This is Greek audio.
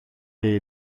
και